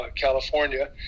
California